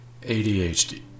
ADHD